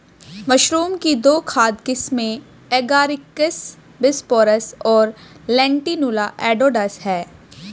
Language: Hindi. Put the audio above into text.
मशरूम की दो खाद्य किस्में एगारिकस बिस्पोरस और लेंटिनुला एडोडस है